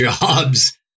jobs